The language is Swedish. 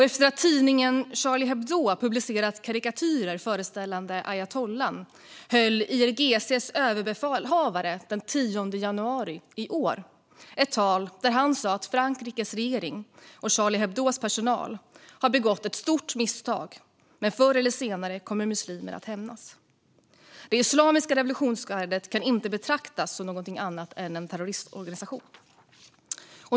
Efter att tidningen Charlie Hebdo hade publicerat karikatyrer föreställande ayatollan höll IRGC:s överbefälhavare den 10 januari i år ett tal där han sa att Frankrikes regering och Charlie Hebdos personal hade begått ett stort misstag och att muslimer förr eller senare kommer att hämnas. Det islamiska revolutionsgardet kan inte betraktas som något annat än en terrororganisation.